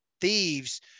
thieves